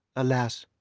alas!